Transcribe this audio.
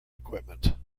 equipment